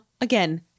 Again